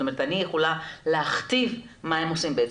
זאת אומרת, אני יכולה להכתיב מה הם עושים בעצם.